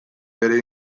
bere